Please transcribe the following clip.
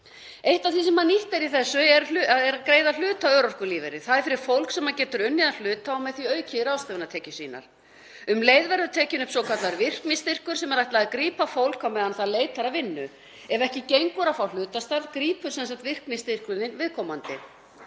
Eitt af því sem nýtt er í þessu er að greiða hlutaörorkulífeyri. Það er fyrir fólk sem getur unnið að hluta og með því aukið ráðstöfunartekjur sínar. Um leið verður tekinn upp svokallaður virknistyrkur sem er ætlað að grípa fólk á meðan það leitar að vinnu, ef ekki gengur að fá hlutastarf grípur sem sagt virknistyrkurinn viðkomandi.